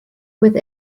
with